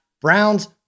Browns